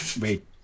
Wait